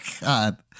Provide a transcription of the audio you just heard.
god